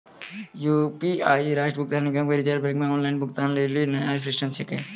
UPI राष्ट्रीय भुगतान निगम एवं रिज़र्व बैंक के ऑनलाइन भुगतान लेली नया सिस्टम छिकै